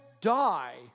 die